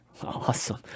Awesome